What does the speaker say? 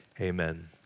Amen